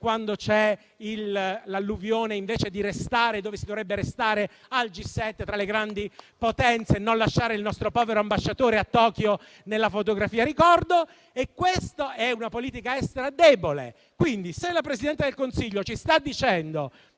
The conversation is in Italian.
quando c'è l'alluvione invece di restare dove si dovrebbe restare, ovvero al G7, tra le grandi potenze e non lasciando il nostro povero ambasciatore a Tokyo nella fotografia ricordo. Questa è una politica estera debole. Quindi se la Presidente del Consiglio ci sta dicendo